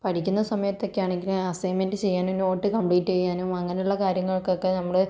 പഠിക്കുന്ന സമയത്തൊക്കെ ആണങ്കിലും അസൈൻമെൻറ് ചെയ്യാനും നോട്ട് കംപ്ലീറ്റ് ചെയ്യാനും അങ്ങനെയുള്ള കാര്യങ്ങൾക്കൊക്കെ നമ്മള്